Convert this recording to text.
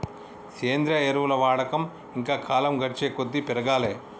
సేంద్రియ ఎరువుల వాడకం ఇంకా కాలం గడిచేకొద్దీ పెరగాలే